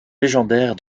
légendaire